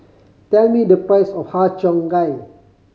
tell me the price of Har Cheong Gai